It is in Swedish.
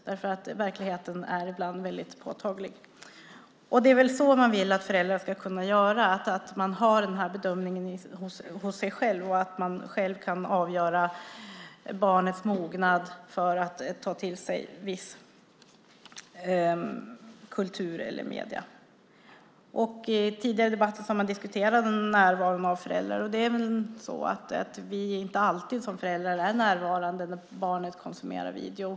Det är väl så man vill att föräldrar ska kunna göra, alltså att de själva gör bedömning och själva kan avgöra barnets mognad för att ta till sig viss kultur eller medier. Tidigare i debatten har föräldranärvaron diskuterats. Det är väl så att vi som föräldrar inte alltid är närvarande när barnet konsumerar video.